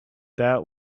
that